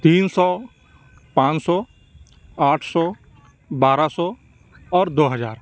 تین سو پانچ سو آٹھ سو بارہ سو اور دو ہزار